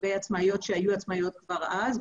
לגבי עצמאיות שהיו עצמאיות כבר אז,